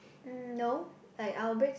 mm no like our break